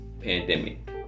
pandemic